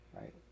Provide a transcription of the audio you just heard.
right